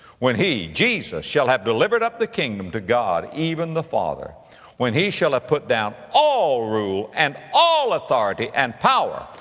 when he, jesus, shall have delivered up the kingdom to god, even the father when he shall have put down all rule, and all authority and power.